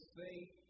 faith